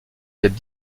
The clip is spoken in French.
cette